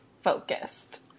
focused